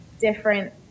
different